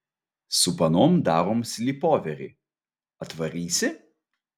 su panom darom slypoverį atvarysi